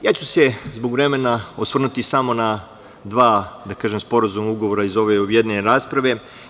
Ja ću se, zbog vremena, osvrnuti samo na dva sporazuma i ugovora iz ove objedinjene rasprave.